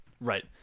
Right